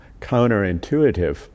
counterintuitive